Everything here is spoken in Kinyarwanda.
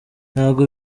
ntabwo